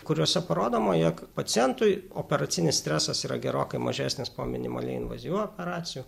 kuriuose parodoma jog pacientui operacinis stresas yra gerokai mažesnis po minimaliai invazyvių operacijų